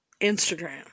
Instagram